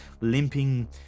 limping